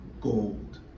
gold